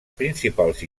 principals